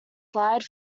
slide